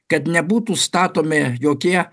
kad nebūtų statomi jokie